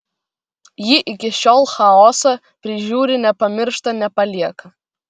ji iki šiol chaosą prižiūri nepamiršta nepalieka